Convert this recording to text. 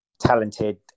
talented